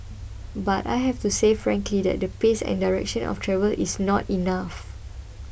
but I have to say quite frankly that the pace and direction of travel is not enough